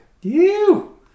Ew